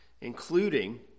including